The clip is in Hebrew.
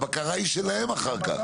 הבקרה היא שלהם אחר כך.